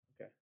okay